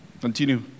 Continue